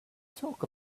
talk